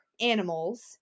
animals